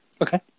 Okay